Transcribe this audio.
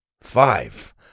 Five